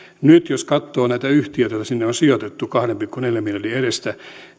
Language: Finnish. nyt jos katsoo näitä yhtiöitä joita sinne on sijoitettu kahden pilkku neljän miljardin edestä